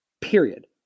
Period